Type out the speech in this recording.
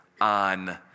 on